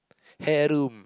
hair room